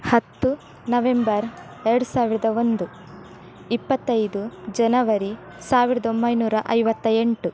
ಹತ್ತು ನವೆಂಬರ್ ಎರಡು ಸಾವಿರದ ಒಂದು ಇಪ್ಪತ್ತೈದು ಜನವರಿ ಸಾವಿರ್ದ ಒಂಬೈನೂರ ಐವತ್ತ ಎಂಟು